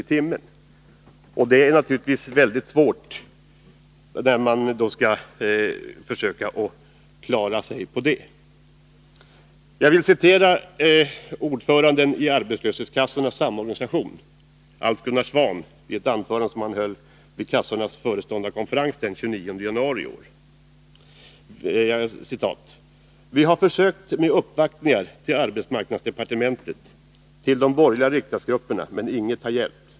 i timmen, och det är naturligtvis väldigt svårt att klara sig på. Jag vill citera ordföranden i Arbetslöshetskassornas samorganisation Alf Gunnar Svan i ett anförande som han höll vid kassornas föreståndarkonferens den 29 januari i år: ”Vi har försökt med uppvaktningar till arbetsmarknadsdepartementet, till de borgerliga riksdagsgrupperna. Men inget har hjälpt.